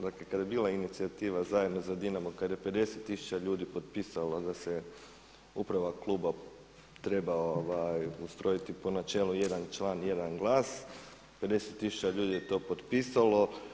Dakle kada je bila inicijativa zajedno za Dinamo, kada je 50 tisuća ljudi potpisalo da se uprava kluba treba ustrojiti po načelu jedan član, jedan glas, 50 tisuća ljudi je to potpisalo.